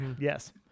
Yes